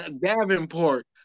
Davenport